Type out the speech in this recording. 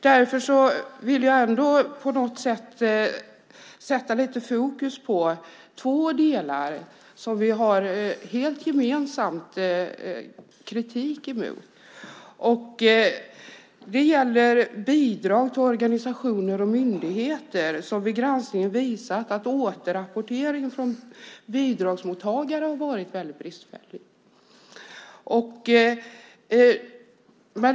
Därför vill jag ändå sätta fokus på två delar som vi gemensamt har kritik mot. Det gäller bidrag till organisationer och myndigheter. Granskningen visar att återrapporteringen från bidragsmottagare har varit väldigt bristfällig.